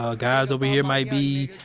ah guys over here might be,